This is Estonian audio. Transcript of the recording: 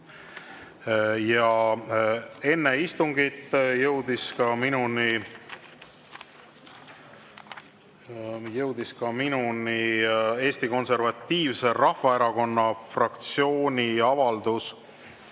Enne istungit jõudis minuni ka Eesti Konservatiivse Rahvaerakonna fraktsiooni avaldus.